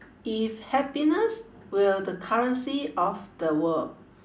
if happiness were the currency of the world